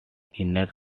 inner